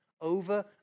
over